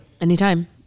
Anytime